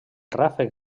ràfec